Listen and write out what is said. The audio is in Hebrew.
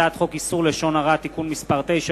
מטעם הכנסת: הצעת חוק העונשין (תיקון מס' 106)